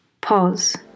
Pause